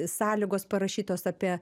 sąlygos parašytos apie